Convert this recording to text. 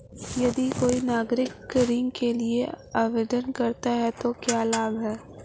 यदि कोई वरिष्ठ नागरिक ऋण के लिए आवेदन करता है तो क्या लाभ हैं?